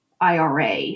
IRA